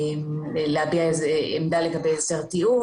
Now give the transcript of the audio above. זכות להביע עמדה לגבי הסדר טיעון,